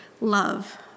love